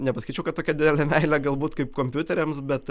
nepasakyčiau kad tokia didelė meilė galbūt kaip kompiuteriams bet